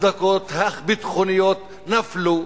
ההצדקות הביטחוניות נפלו,